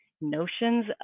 notions